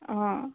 অ